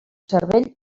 cervell